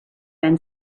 been